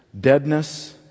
Deadness